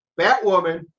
Batwoman